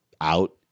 out